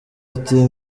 ati